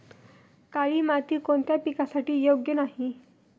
काळी माती कोणत्या पिकासाठी योग्य नाही?